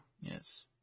Yes